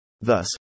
Thus